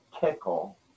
tickle